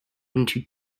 into